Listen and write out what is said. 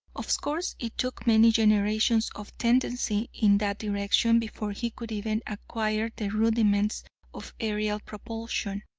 of course it took many generations of tendency in that direction before he could even acquire the rudiments of aerial propulsion.